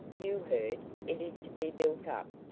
you heard it is to be built-up.